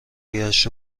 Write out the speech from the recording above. گشت